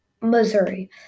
Missouri